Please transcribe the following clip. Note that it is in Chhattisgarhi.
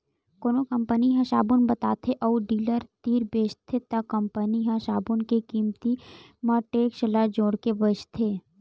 कोनो कंपनी ह साबून बताथे अउ डीलर तीर बेचथे त कंपनी ह साबून के कीमत म टेक्स ल जोड़के बेचथे